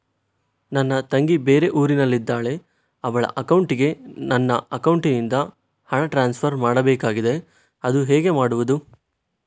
ನನ್ನ ತಂಗಿ ಬೇರೆ ಊರಿನಲ್ಲಿದಾಳೆ, ಅವಳ ಅಕೌಂಟಿಗೆ ನನ್ನ ಅಕೌಂಟಿನಿಂದ ಹಣ ಟ್ರಾನ್ಸ್ಫರ್ ಮಾಡ್ಬೇಕಾಗಿದೆ, ಅದು ಹೇಗೆ ಮಾಡುವುದು?